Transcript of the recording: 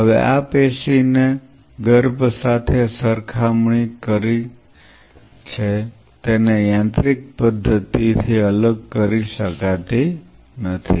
હવે આ પેશી ને ગર્ભ સાથે સરખામણી કરી છે તેને યાંત્રિક પદ્ધતિ થી અલગ કરી શકાતી નથી